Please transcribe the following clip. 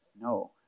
No